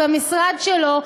במשרד שלו,